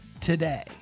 today